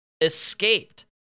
escaped